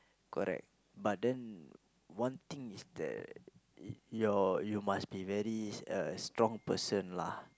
correct but then one thing is that your you must be very uh strong person lah